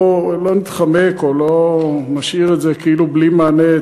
לא נתחמק או לא נשאיר את זה כאילו בלי מענה,